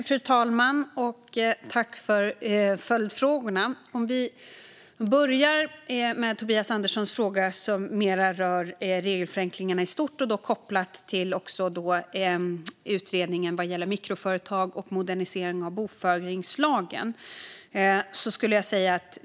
Fru talman! Jag tackar ledamoten för följdfrågorna. Låt mig börja med frågan som rör regelförenklingarna i stort kopplat till utredningen om mikroföretag och moderniserad bokföringslag.